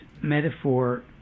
metaphor